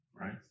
right